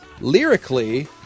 lyrically